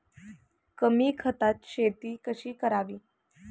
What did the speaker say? कमी खतात शेती कशी करावी?